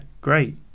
great